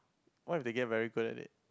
what if they get very good at it